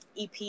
EP